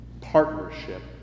partnership